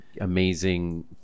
amazing